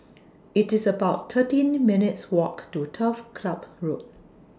It's about thirteen minutes' Walk to Turf Ciub Road